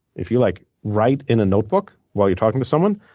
if you like write in a notebook while you're talking to someone,